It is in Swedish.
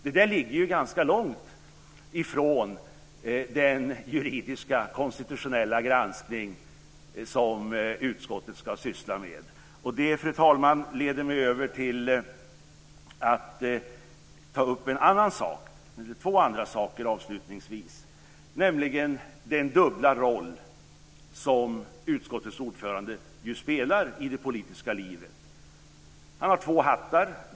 Det där ligger ju ganska långt ifrån den juridiska, konstitutionella granskning som utskottet ska syssla med. Det, fru talman, leder mig över till att avslutningsvis ta upp två andra saker. Först gäller det den dubbla roll som utskottets ordförande ju spelar i det politiska livet. Han har två hattar.